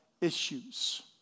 issues